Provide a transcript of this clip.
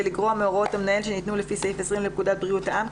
לגרוע מהוראות המנהל שניתנו לפי סעיף 20 לפקודת בריאות העם,